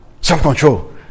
Self-control